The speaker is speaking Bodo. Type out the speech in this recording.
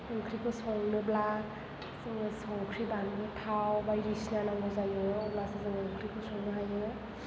ओंख्रिखौ संनोब्ला जोङो संख्रि बानलु थाव बायदिसिना नांगौ जायो अब्लासो जों ओंख्रिखौ संनो हायो